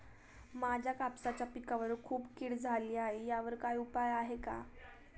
माझ्या कापसाच्या पिकावर खूप कीड झाली आहे यावर काय उपाय आहे का?